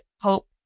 hope